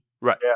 Right